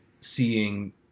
seeing